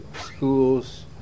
schools